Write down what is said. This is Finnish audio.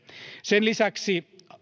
sen lisäksi